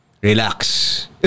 Relax